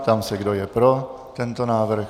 Ptám se, kdo je pro tento návrh.